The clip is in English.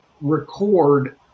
record